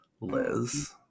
Liz